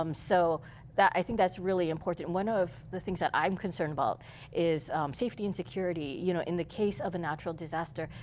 um so i think that's really important. one of the things that i'm concerned about is safety and security you know in the case of a natural disaster.